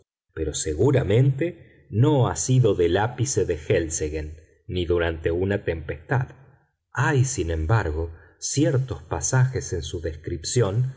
pero seguramente no ha sido del ápice del helseggen ni durante una tempestad hay sin embargo ciertos pasajes en su descripción